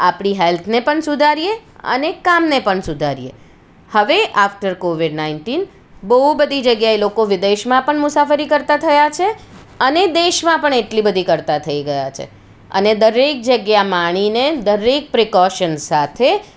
આપણી હેલ્થને પણ સુધારીએ અને કામને પણ સુધારીએ હવે આફ્ટર કોવિડ નાઇન્ટીન બહુ બધી જગ્યાએ લોકો વિદેશમાં પણ મુસાફરી કરતા થયા છે અને દેશમાં પણ એટલી બધી કરતા થઇ ગયા છે અને દરેક જગ્યા માણીને દરેક પ્રિકોશન સાથે